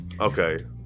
Okay